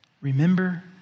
Remember